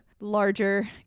larger